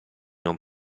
non